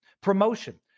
promotion